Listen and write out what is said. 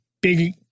big